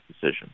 decision